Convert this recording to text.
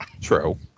True